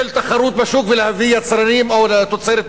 של תחרות בשוק ולהביא יצרנים או תוצרת מחוץ-לארץ.